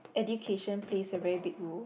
education plays a very big role